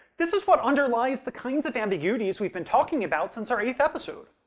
this is what underlies the kinds of ambiguities we've been talking about since our eighth episode.